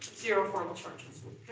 zero formal charges.